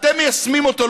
אתם מיישמים אותו,